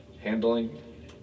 handling